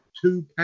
two